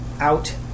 out